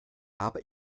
habe